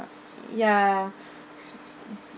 ya